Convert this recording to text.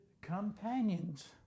companions